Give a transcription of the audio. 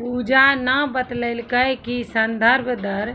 पूजा न बतेलकै कि संदर्भ दर